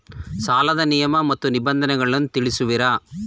ಸಾಲದ ನಿಯಮ ಮತ್ತು ನಿಬಂಧನೆಗಳನ್ನು ತಿಳಿಸುವಿರಾ?